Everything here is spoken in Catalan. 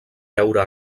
veure